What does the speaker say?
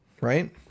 right